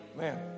man